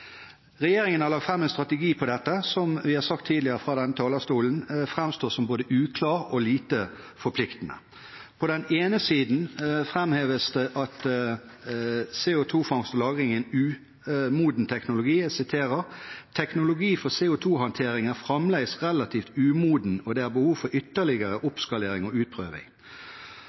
Regjeringen har lagt fram en strategi for dette, og vi har fra denne talerstolen tidligere sagt at den framstår som både uklar og lite forpliktende. På den ene siden framheves det at CO2-fangst og -lagring er en umoden teknologi: «Teknologi for CO2-handtering er framleis relativt umoden og det er behov for